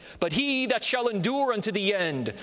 but he that shall endure unto the end,